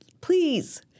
Please